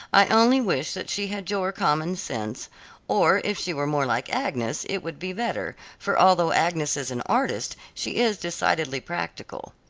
i only wish that she had your common sense or if she were more like agnes, it would be better, for although agnes is an artist, she is decidedly practical.